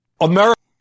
America